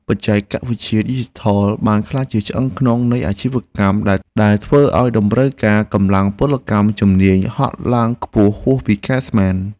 បច្ចេកវិទ្យាឌីជីថលបានក្លាយជាឆ្អឹងខ្នងនៃអាជីវកម្មទំនើបដែលធ្វើឱ្យតម្រូវការកម្លាំងពលកម្មជំនាញហក់ឡើងខ្ពស់ហួសពីការស្មាន។